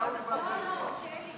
נגד ההסתייגות?